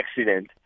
accident